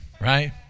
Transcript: right